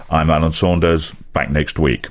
i'm alan saunders, back next week